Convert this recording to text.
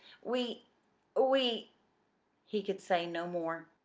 we we he could say no more.